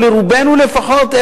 או לרובנו לפחות,